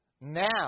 Now